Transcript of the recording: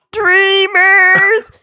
dreamers